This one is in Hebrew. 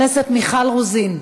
חברת הכנסת מיכל רוזין,